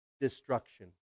destruction